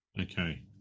Okay